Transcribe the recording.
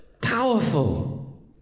powerful